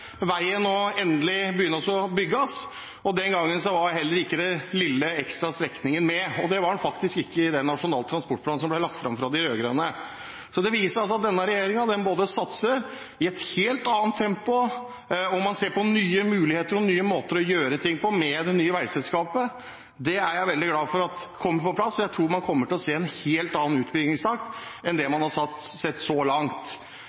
veien nå endelig begynner å bygges, og den gangen var heller ikke den lille ekstra strekningen med. Det var den faktisk heller ikke i den nasjonale transportplanen som ble lagt fram av de rød-grønne. Det viser at denne regjeringen satser i et helt annet tempo, og man ser på nye muligheter og nye måter å gjøre ting på med det nye veiselskapet. Det er jeg veldig glad for kom på plass. Jeg tror man kommer til å se en helt annen utbyggingstakt enn det man har sett så langt.